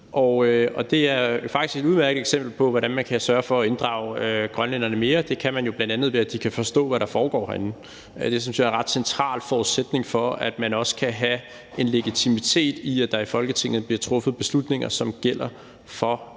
faktisk et udmærket eksempel på, hvordan man kan sørge for at inddrage grønlænderne mere. Det kan man jo bl.a. gøre, ved at de kan forstå, hvad der foregår herinde, og det synes jeg også er en ret central forudsætning for, at man kan have en legitimitet, i forhold til at der i Folketinget bliver truffet beslutninger, som gælder for